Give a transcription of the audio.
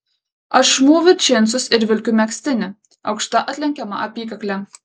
aš mūviu džinsus ir vilkiu megztinį aukšta atlenkiama apykakle